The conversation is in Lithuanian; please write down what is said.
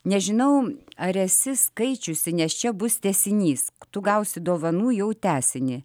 nežinau ar esi skaičiusi nes čia bus tęsinys tu gausi dovanų jau tęsinį